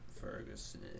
Ferguson